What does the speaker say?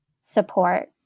support